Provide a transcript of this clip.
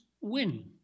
win